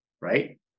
right